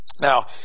Now